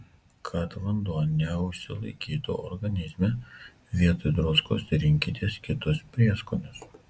kad vanduo neužsilaikytų organizme vietoj druskos rinkitės kitus prieskonius